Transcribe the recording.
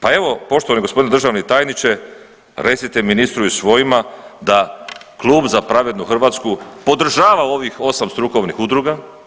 Pa evo poštovani državni tajniče recite ministru i svojima da klub Za pravednu Hrvatsku podržava ovih 8 strukovnih udruga.